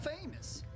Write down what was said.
famous